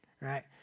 right